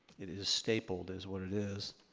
it is stapled is what it is.